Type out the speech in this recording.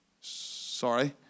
Sorry